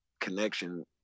connection